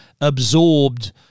absorbed